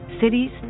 cities